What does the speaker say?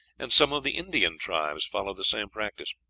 and some of the indian tribes, followed the same practice.